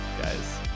guys